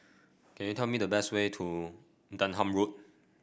can you tell me the way to Denham Road